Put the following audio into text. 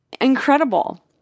incredible